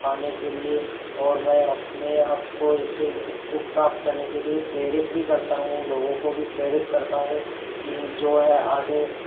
पाने के लिए और मैं अपने आप को ऐसे इसको प्राप्त करने के लिए प्रेरित भी करता हूँ लोगों को भी प्रेरित करता हूँ कि जो है आगे